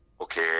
okay